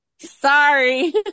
Sorry